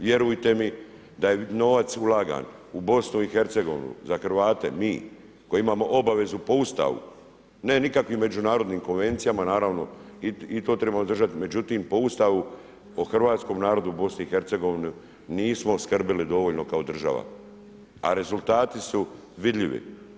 Vjerujte mi da je novac ulagan u BiH-a, za Hrvate, mi koji imamo obavezu po Ustavu, ne nikakvim međunarodnim konvencijama, naravno i to trebamo držati, međutim po Ustavu o Hrvatskom narodu u BiH-a nismo skrbili dovoljno kao država a rezultati su vidljivi.